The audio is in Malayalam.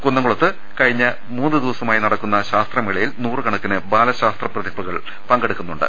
കുന്നംകുളത്ത് കഴിഞ്ഞ മൂന്ന് ദിവസമായി നടക്കുന്ന ശാസ്ത്രമേള യിൽ നൂറുകണക്കിന് ബാലശാസ്ത്ര പ്രതിഭകൾ പങ്കെടുക്കുന്നുണ്ട്